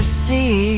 see